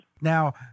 Now